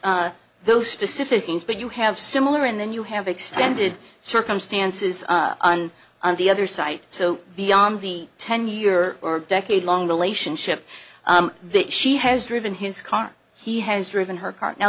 those those specific things but you have similar and then you have extended circumstances on the other site so beyond the ten year or decade long relationship that she has driven his car he has driven her car now